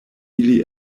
ili